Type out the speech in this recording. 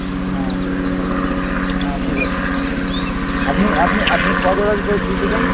হ্যাঁ হ্যাঁ ঠিক আছে আপনি আপনি আপনি কজোড়া জুতো নিতে চান